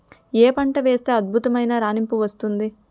ఏ పంట వేస్తే అద్భుతమైన రాణింపు వస్తుంది?